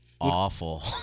Awful